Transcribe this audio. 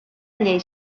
llei